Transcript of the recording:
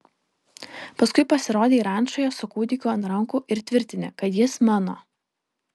paskui pasirodei rančoje su kūdikiu ant rankų ir tvirtini kad jis mano